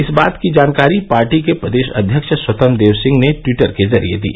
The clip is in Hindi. इस बात की जानकारी पार्टी के प्रदेश अध्यक्ष स्वतंत्र देव सिंह ने ट्वीटर के जरिये दी